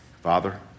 Father